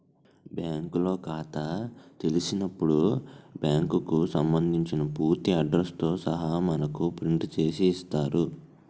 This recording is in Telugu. బ్యాంకులో ఖాతా తెలిసినప్పుడు బ్యాంకుకు సంబంధించిన పూర్తి అడ్రస్ తో సహా మనకు ప్రింట్ చేసి ఇస్తారు